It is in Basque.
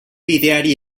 bideari